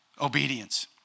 Obedience